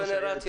קוגנרציה.